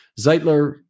Zeitler